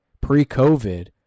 Pre-COVID